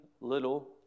little